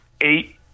eight